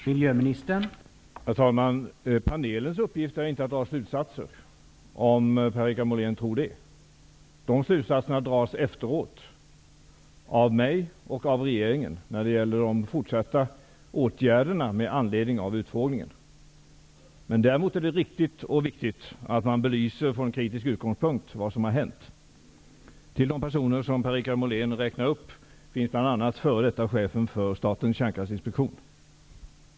Herr talman! Panelens uppgift är inte att dra slutsatser, om Per-Richard Molén tror det. Slutsatserna när det gäller de fortsatta åtgärderna med anledning av utfrågningen dras efteråt av mig och av regeringen. Däremot är det riktigt och viktigt att man från kritisk utgångspunkt belyser vad som har hänt. Bland de personer som Per Richard Molén räknade upp finns bl.a. f.d. chefen för Statens kärnkraftsinspektion.